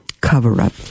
Cover-Up